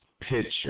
picture